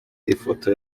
ifoto